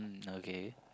mm okay